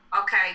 okay